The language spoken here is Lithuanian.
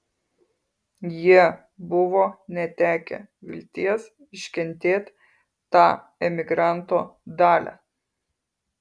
jie buvo netekę vilties iškentėt tą emigranto dalią